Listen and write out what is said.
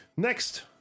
next